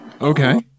Okay